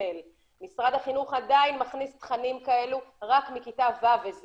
משרד החינוך עדיין מכניס תכנים כאלה רק מכיתה ו' ו-ז',